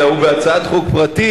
אלא הוא בהצעת חוק פרטית,